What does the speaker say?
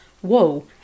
whoa